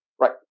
right